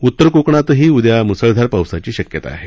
उत्तर कोकणातही उदया मुसळधार पावसाची शक्यता आहे